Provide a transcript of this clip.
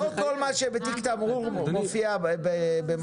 לא כל מה שבתיק תמרוק מופיע במאגר.